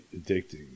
addicting